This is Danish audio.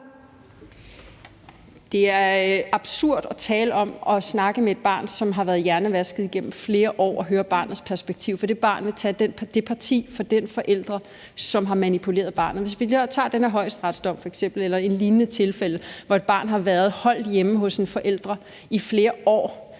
Det er absurd at tale om at snakke med et barn, som er blevet hjernevasket gennem flere år, og høre barnets perspektiv, for det barn vil tage parti for den forælder, som har manipuleret barnet. Hvis vi f.eks. tager den her højesteretsdom eller et lignende tilfælde, hvor et barn har været holdt hjemme hos en forælder i flere år